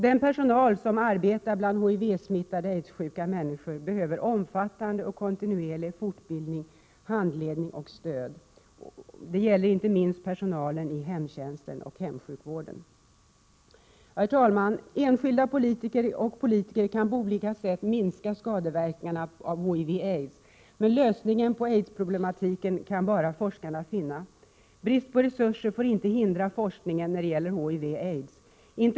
Den personal som arbetar bland HIV-smittade och aidssjuka människor behöver omfattande och kontinuerlig fortbildning, handledning och stöd. Detta gäller inte minst personalen i hemtjänsten och hemsjukvården. Herr talman! Enskilda politiker kan på olika sätt minska skadeverkningarna av HIV och aids, men lösningen på aidsproblematiken kan bara forskarna finna. Brist på resurser får inte hindra forskningen när det gäller HIV och aids.